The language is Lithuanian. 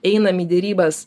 einam į derybas